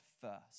first